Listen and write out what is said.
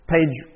page